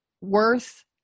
worth